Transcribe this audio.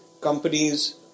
companies